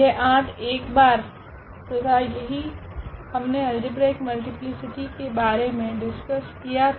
यह 8 एक बार तथा यही हमने अल्जेब्रिक मल्टीप्लीसिटी के बारे मे डिस्कस किया था